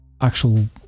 actual